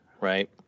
right